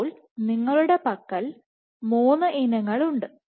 ഇപ്പോൾ നിങ്ങളുടെ പക്കൽ 3 ഇനങ്ങൾ ഉണ്ട്